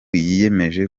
yiyemeje